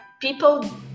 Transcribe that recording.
people